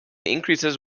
increases